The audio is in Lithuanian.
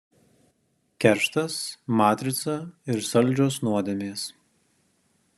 kerštas matrica ir saldžios nuodėmės